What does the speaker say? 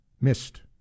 missed